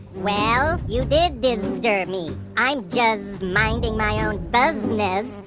well, you did did disturb me. i'm just minding my own buzz-ness.